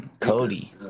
Cody